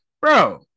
bro